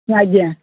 ଆଜ୍ଞା